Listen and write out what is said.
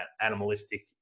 animalistic